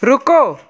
ਰੁਕੋ